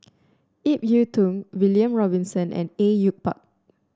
Ip Yiu Tung William Robinson and Au Yue Pak